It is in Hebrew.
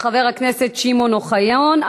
חבר הכנסת שמעון אוחיון,